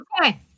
Okay